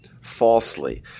falsely